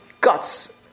guts